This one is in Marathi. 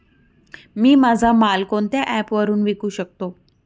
मी माझा माल कोणत्या ॲप वरुन विकू शकतो?